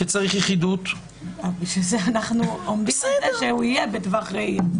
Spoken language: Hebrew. כי צריך --- בשביל זה אנחנו עומדים על זה שהוא יהיה בטווח ראייה.